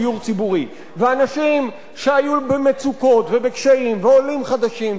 ואנשים שהיו במצוקות ובקשיים ועולים חדשים ומיליוני אנשים,